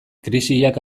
krisiak